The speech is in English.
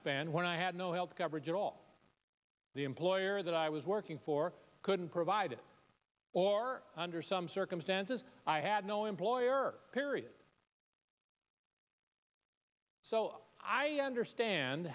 span when i had no health coverage at all the employer that i was working for couldn't provide it or under some circumstances i had no employer period so i understand